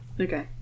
Okay